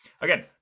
Again